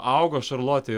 augo šarlotėj